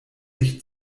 sich